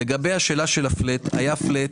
לגבי הפלאט, היה פלאט.